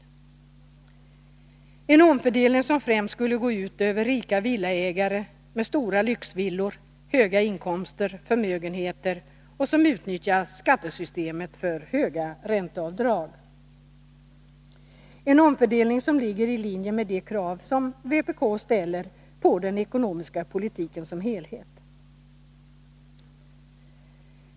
Det är en omfördelning som främst skulle gå ut över rika villaägare med stora lyxvillor, höga inkomster, förmögenheter och som utnyttjar skattesystemet med höga ränteavdrag. Det är en omfördelning som ligger i linje med de krav som vpk ställer på den ekonomiska politiken som helhet.